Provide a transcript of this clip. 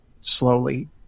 slowly